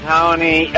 Tony